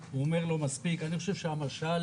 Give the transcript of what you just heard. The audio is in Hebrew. בכל אופן אני מתייחס לסעיף (5),